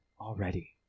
already